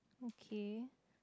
okay